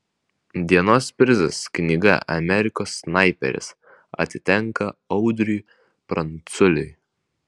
dienos prizas knyga amerikos snaiperis atitenka audriui pranculiui